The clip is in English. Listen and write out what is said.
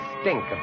stink